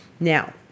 Now